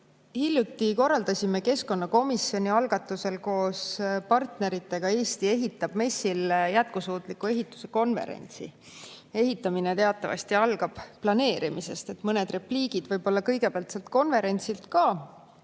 Hiljuti korraldasime keskkonnakomisjoni algatusel koos partneritega "Eesti ehitab" messil jätkusuutliku ehituse konverentsi. Ehitamine teatavasti algab planeerimisest. Mõned repliigid võib‑olla kõigepealt sealt konverentsilt ja